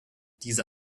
diese